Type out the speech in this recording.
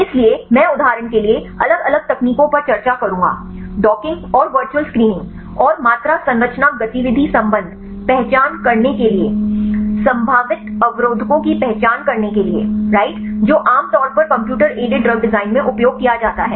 इसलिए मैं उदाहरण के लिए अलग अलग तकनीकों पर चर्चा करूँगा डॉकिंग और वर्चुअल स्क्रीनिंग और मात्रा संरचना गतिविधि संबंध पहचान करने के लिए संभावित अवरोधकों की पहचान करने के लिए राइट जो आमतौर पर कंप्यूटर एडेड ड्रग डिज़ाइन में उपयोग किया जाता है